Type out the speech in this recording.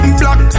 black